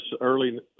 early